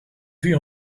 vue